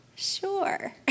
sure